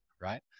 right